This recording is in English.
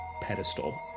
pedestal